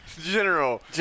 General